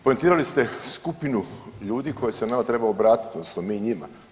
Poentirali ste skupinu ljudi koja se nama treba obratiti, odnosno mi njima.